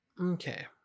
Okay